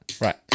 Right